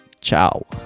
Ciao